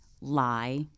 lie